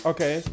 Okay